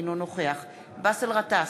אינו נוכח באסל גטאס,